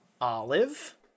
olive